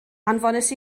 anfonais